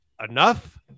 Enough